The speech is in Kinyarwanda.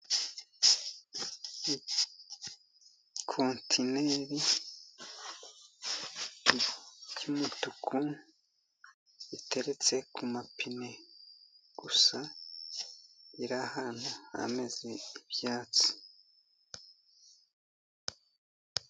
Kontineri y'umutuku iteretse ku mapine gusa, iri ahantu hameze ibyatsi.